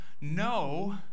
no